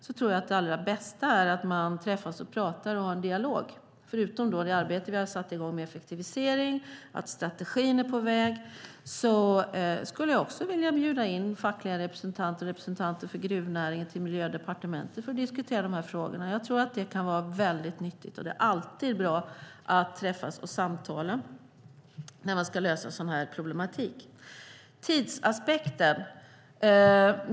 Det allra bästa tror jag är att man träffas och talar med varandra, har en dialog. Förutom att vi satt i gång arbetet med effektivisering och att strategin är på väg skulle jag vilja bjuda in fackliga representanter och representanter för gruvnäringen till Miljödepartementet för att diskutera dessa frågor. Jag tror att det kan vara mycket nyttigt. Det är alltid bra att träffas och samtala när man ska lösa den sortens problematik. Sedan gällde det tidsaspekten.